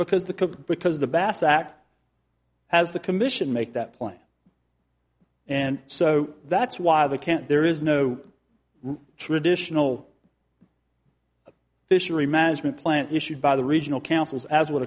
because the bass act has the commission make that plan and so that's why they can't there is no traditional fishery management plan issued by the regional councils as would